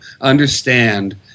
understand